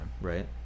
Right